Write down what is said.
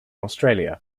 australia